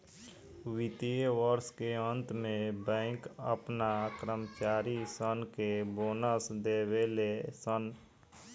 वित्तीय वर्ष के अंत में बैंक अपना कर्मचारी सन के बोनस देवे ले सन